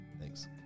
Thanks